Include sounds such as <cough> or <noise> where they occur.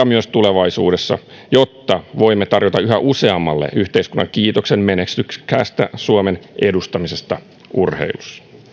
<unintelligible> myös tulevaisuudessa jotta voimme tarjota yhä useammalle yhteiskunnan kiitoksen menestyksekkäästä suomen edustamisesta urheilussa